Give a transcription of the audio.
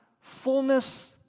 Fullness